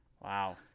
Wow